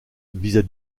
visent